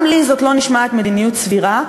גם לי זאת לא נשמעת מדיניות סבירה,